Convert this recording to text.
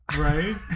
Right